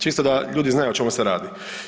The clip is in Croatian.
Čisto da ljudi znaju o čemu se radi.